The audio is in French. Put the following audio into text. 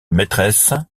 maîtresse